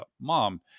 mom